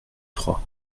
trois